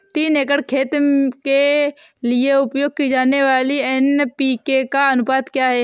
तीन एकड़ खेत के लिए उपयोग की जाने वाली एन.पी.के का अनुपात क्या है?